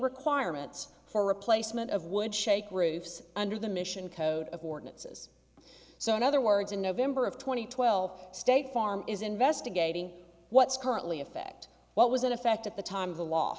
requirements for replacement of would shake roofs under the mission code of ordinances so in other words in november of two thousand and twelve state farm is investigating what's currently affect what was in effect at the time of the l